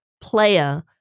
player